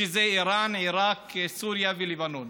שזה איראן, עיראק, סוריה ולבנון.